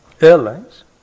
airlines